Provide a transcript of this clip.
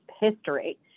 history